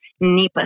nepa